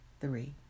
three